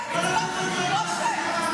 בבקשה.